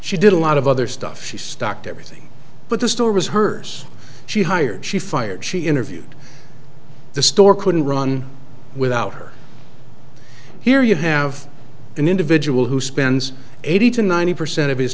she did a lot of other stuff she stocked everything but the store was hers she hired she fired she interviewed the store couldn't run without her here you have an individual who spends eighty to ninety percent of his